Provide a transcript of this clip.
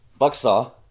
Bucksaw